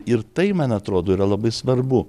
ir tai man atrodo yra labai svarbu